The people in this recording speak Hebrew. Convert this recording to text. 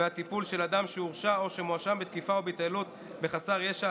והטיפול של אדם שהורשע או שמואשם בתקיפה או בהתעללות בחסר ישע,